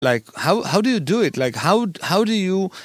כאילו, איך אתה עושה את זה? כאילו, איך אתה...